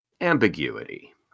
ambiguity